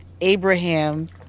Abraham